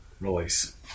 release